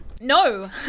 No